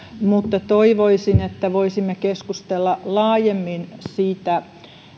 mutta toivoisin että voisimme keskustella laajemmin siitä